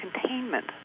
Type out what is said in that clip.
containment